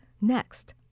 next